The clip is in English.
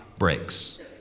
breaks